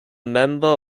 member